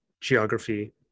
geography